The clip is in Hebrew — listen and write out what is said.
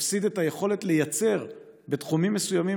שתפסיד את היכולת לייצר בתחומים מסוימים,